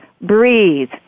breathe